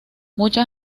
mucha